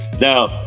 Now